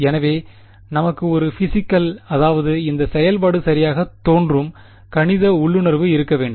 எனவே நமக்கு ஒரு பிஸிக்கல் அதாவது இந்த செயல்பாடு சரியாகத் தோன்றும் கணித உள்ளுணர்வு இருக்க வேண்டும்